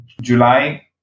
July